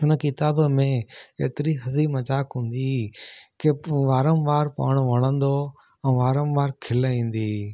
उन किताब में एतिरी हसी मज़ाक हूंदी हुई कि वारम वार पढ़ण वणंदो हुओ ऐं वारम वार खिल ईंदी हुई